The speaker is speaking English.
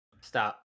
stop